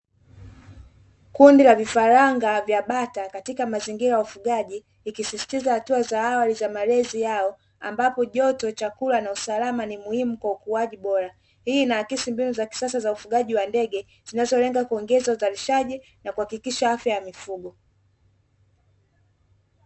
Kundi la vifaranga vya bata katika mazingira ya ufugaji ikisisitiza hatua za awali za malezi yao ambapo joto, chakula na usalama ni muhimu kwa ukuaji bora hii inaakisi mbinu za kisasa za ufugaji wa ndege zinazolenga kuongeza uzalishaji na kuhakikisha afya ya mifugo.